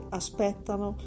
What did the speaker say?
aspettano